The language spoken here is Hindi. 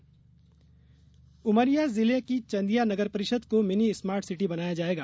स्मार्ट सिटी उमरिया जिले की चंदिया नगर परिषद को मिनी स्मार्ट सिटी बनाया जायेगा